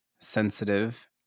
sensitive